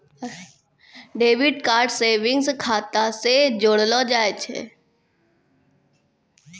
debit card savings खाता से जोड़लो जाय छै